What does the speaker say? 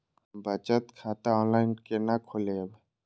हम बचत खाता ऑनलाइन केना खोलैब?